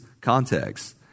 context